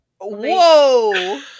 Whoa